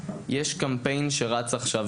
יש קמפיין שרץ עכשיו,